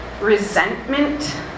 resentment